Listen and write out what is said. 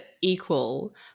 equal